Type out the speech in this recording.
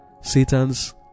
satan's